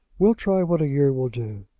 we'll try what a year will do.